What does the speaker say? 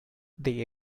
the